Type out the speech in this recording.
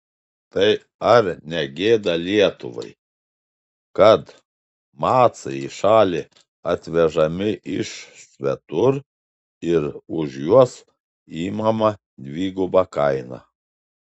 tai ar ne gėda lietuvai kad macai į šalį atvežami iš svetur ir už juos imama dviguba kaina